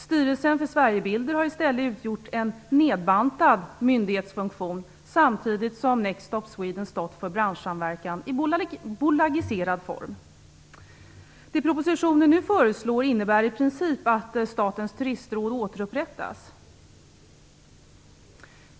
Styrelsen för Sverigebilden har i stället utgjort en nedbantad myndighetsfunktion, samtidigt som Det som nu föreslås i propositionen innebär i princip att Statens turistråd återupprättas.